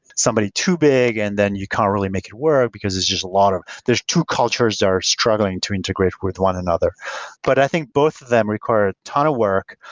somebody too big, and then you can't really make it work, because it's just a lot of the two cultures are struggling to integrate with one another but i think both of them require a ton of work.